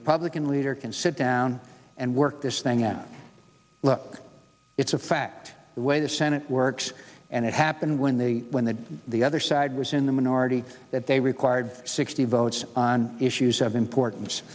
republican leader can sit down and work this thing out look it's a fact the way the senate works and it happened when the when the the other side was in the minority that they required sixty votes on issues of importance